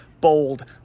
bold